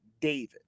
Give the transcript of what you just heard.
David